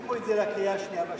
הבטיחו את זה לקריאה שנייה ושלישית.